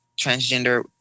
transgender